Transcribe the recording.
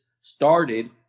started